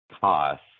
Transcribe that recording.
cost